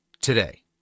today